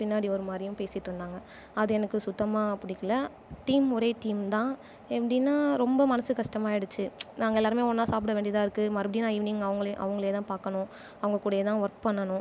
பின்னாடி ஒரு மாதிரியும் பேசிட்ருந்தாங்கள் அது எனக்கு சுத்தமாக பிடிக்கல டீம் ஒரே டீம் தான் எப்படினா ரொம்ப மனசுக்கு கஷ்டமாகிடுச்சு நாங்கள் எல்லாருமே ஒன்றா சாப்பிட வேண்டியதாருக்கு மறுபடியும் நான் ஈவினிங் அவங்களே அவங்களே தான் பார்க்கணும் அவங்க கூடயேதான் ஒர்க் பண்ணனும்